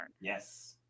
Yes